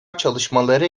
çalışmaları